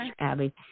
Abby